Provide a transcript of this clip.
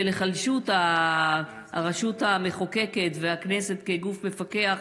היחלשות הרשות המחוקקת והכנסת כגוף מפקח.